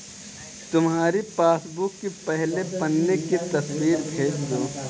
तुम्हारी पासबुक की पहले पन्ने की तस्वीर भेज दो